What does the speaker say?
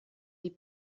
die